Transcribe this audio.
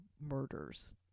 Murders